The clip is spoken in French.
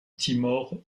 timor